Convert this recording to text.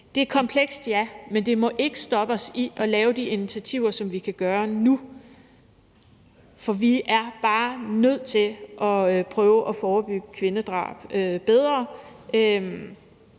Det er komplekst, ja, men det må ikke stoppe os i at lave de initiativer, som vi kan lave nu, for vi er bare nødt til at prøve at forebygge kvindedrab bedre.